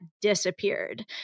disappeared